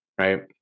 Right